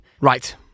Right